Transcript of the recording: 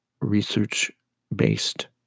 research-based